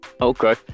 okay